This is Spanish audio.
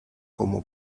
como